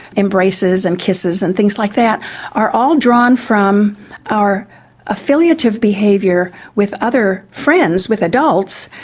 embraces and kisses and things like that are all drawn from our affiliative behaviour with other friends, with adults,